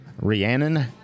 Rhiannon